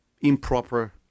improper